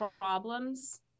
problems